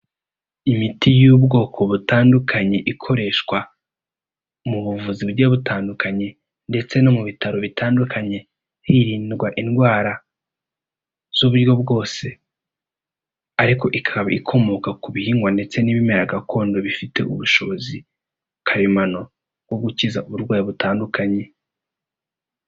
Imiti y'ubwoko butandukanye ikoreshwa mu buvuzi bugiye butandukanye ndetse no mu bitaro bitandukanye, hirindwa indwara z'uburyo bwose, ariko ikaba ikomoka ku bihingwa ndetse n'ibimera gakondo bifite ubushobozi karemano bwo gukiza uburwayi butandukanye.